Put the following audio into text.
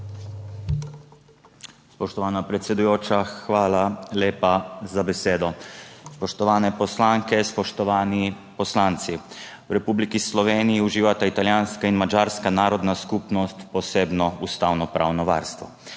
Spoštovana predsedujoča, hvala lepa za besedo. Spoštovane poslanke, spoštovani poslanci! V Republiki Sloveniji uživata italijanska in madžarska narodna skupnost posebno ustavnopravno varstvo.